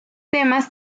temas